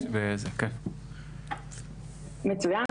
מצוין.